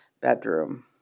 bedroom